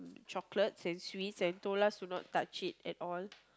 chocolates and sweets and told us to not touch it at all